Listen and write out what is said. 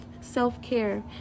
self-care